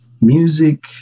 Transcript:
music